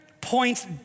points